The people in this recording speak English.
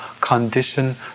condition